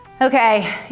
Okay